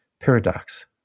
paradox